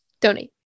donate